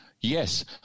Yes